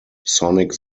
sonic